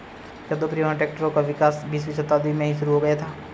क्या दोपहिया ट्रैक्टरों का विकास बीसवीं शताब्दी में ही शुरु हो गया था?